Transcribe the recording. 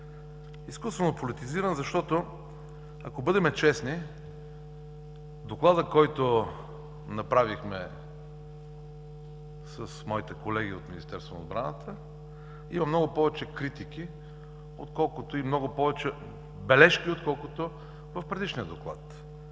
Изкуствено политизиран, защото докладът, който направихме с моите колеги от Министерството на отбраната, има много повече критики и бележки, отколкото в предишния доклад.